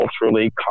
culturally